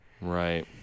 Right